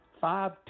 five